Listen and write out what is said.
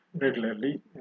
regularly